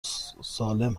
سالم